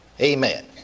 Amen